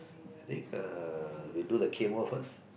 I think uh we will do the chemo first